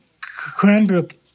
Cranbrook